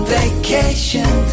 vacation